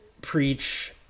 preach